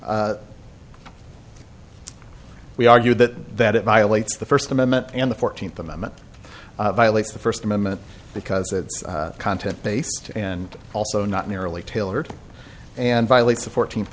act we argued that that it violates the first amendment and the fourteenth amendment violates the first amendment because it's content based and also not merely tailored and violates the fourteenth